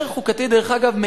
דרך אגב,